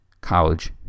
college